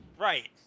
Right